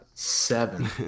seven